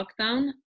lockdown